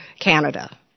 Canada